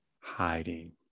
hiding